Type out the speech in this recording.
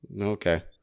Okay